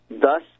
thus